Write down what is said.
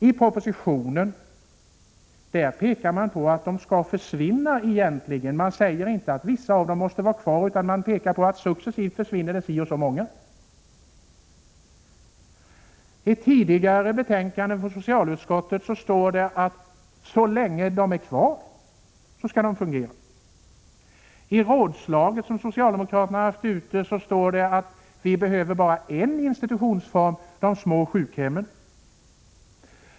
Vad man egentligen påpekar i propositionen är att de skall försvinna. Man säger inte att vissa av dem måste vara kvar, utan man pekar på att si och så många successivt försvinner. I ett tidigare betänkande från socialutskottet står det: Så länge de är kvar skall de fungera. Vidare säger socialdemokraterna — det framgår av ett rådslag som man haft: Vi behöver bara en institutionsform, de små sjukhemmen.